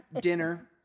dinner